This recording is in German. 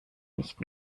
nicht